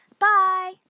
bye